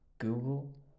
Google